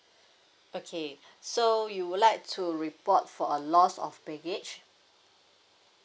okay so you would like to report for a loss of baggage